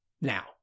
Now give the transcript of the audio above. now